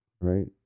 right